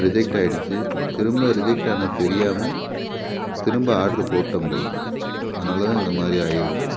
reject ஆகிடுச்சி திரும்ப ரிஜெக்ட்டானது தெரியாமல் திரும்ப ஆட்ரு போட்டேன் போல் அதனால் தான் இந்த மாதிரி ஆகியிருக்கு